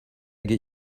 get